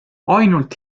ainult